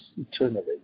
eternally